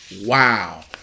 wow